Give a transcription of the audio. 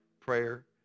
prayer